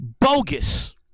Bogus